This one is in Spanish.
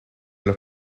los